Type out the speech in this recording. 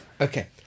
Okay